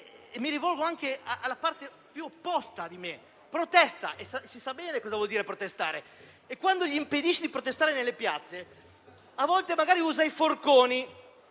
Mi rivolgo anche alla parte opposta alla mia: il popolo protesta e si sa bene cosa vuol dire protestare. Quando gli si impedisce di protestare nelle piazze, a volte magari usa i forconi